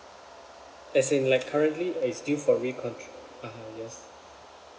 as in like currently it's due for recontr~ (uh huh) yes